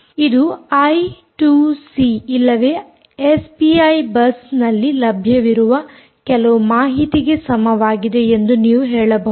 ಇದು I 2 C ಇಲ್ಲವೇ SPI ಬಸ್ನಲ್ಲಿ ಲಭ್ಯವಿರುವ ಕೆಲವು ಮಾಹಿತಿಗೆ ಸಮವಾಗಿದೆ ಎಂದು ನೀವು ಹೇಳಬಹುದು